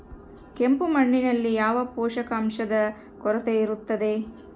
ಕೆಂಪು ಮಣ್ಣಿನಲ್ಲಿ ಯಾವ ಪೋಷಕಾಂಶದ ಕೊರತೆ ಇರುತ್ತದೆ?